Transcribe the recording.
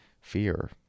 fear